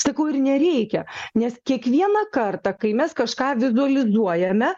sakau ir nereikia nes kiekvieną kartą kai mes kažką vizuolizuojame